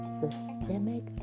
systemic